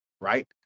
right